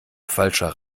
falscher